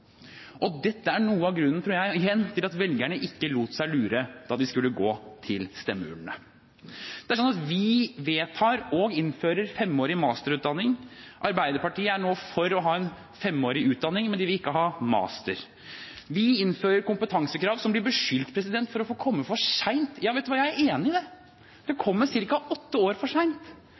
Dette er noe av grunnen, tror jeg – igjen – til at velgerne ikke lot seg lure da de skulle gå til stemmeurnene. Vi vedtar og innfører femårig masterutdanning. Arbeiderpartiet er nå for å ha en femårig utdanning, men de vil ikke ha master. Vi innfører kompetansekrav, som blir beskyldt for å komme for sent. Ja, vet du hva, jeg er enig i det – det kommer ca. åtte år for